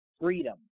freedom